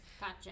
Gotcha